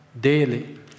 daily